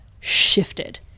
shifted